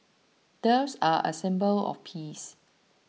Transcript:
doves are a symbol of peace